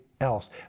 else